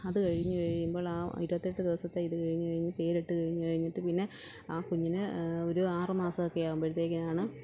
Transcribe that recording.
അത് കഴിഞ്ഞ് കഴിയുമ്പോൾ ആ ഇരുപത്തെട്ട് ദിവസത്തെ ഇത് കഴിഞ്ഞ് കഴിഞ്ഞിട്ട് പേരിട്ടു കഴിഞ്ഞ് കഴിഞ്ഞിട്ട് പിന്നെ ആ കുഞ്ഞിന് ഒരു ആറുമാസം ഒക്കെ ആകുമ്പോഴത്തേക്കും ആണ്